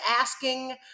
asking